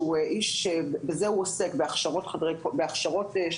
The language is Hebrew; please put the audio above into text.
שהוא איש שבזה הוא עוסק בהכשרות של